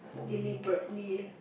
deliberately